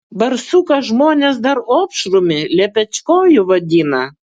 barsuką žmonės dar opšrumi lepečkoju vadina